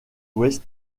ouest